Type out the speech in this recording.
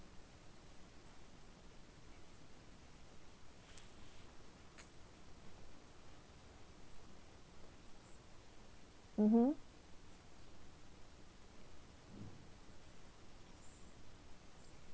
mmhmm